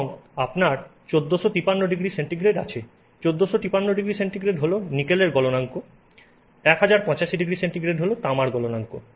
এবং আপনার 1453ºC আছে 1453ºC হল নিকেলের গলনাঙ্ক 1085ºC হল তামার গলনাঙ্ক